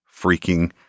freaking